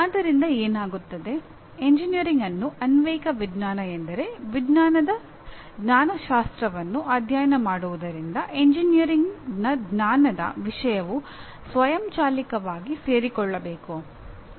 ಆದ್ದರಿಂದ ಏನಾಗುತ್ತದೆ ಎಂಜಿನಿಯರಿಂಗ್ ಅನ್ನು ಅನ್ವಯಿಕ ವಿಜ್ಞಾನ ಎಂದರೆ ವಿಜ್ಞಾನದ ಜ್ಞಾನಶಾಸ್ತ್ರವನ್ನು ಅಧ್ಯಯನ ಮಾಡುವುದರಿಂದ ಎಂಜಿನಿಯರಿಂಗ್ನ ಜ್ಞಾನದ ವಿಷಯವು ಸ್ವಯಂಚಾಲಿತವಾಗಿ ಸೇರಿಕೊಳ್ಳಬೇಕು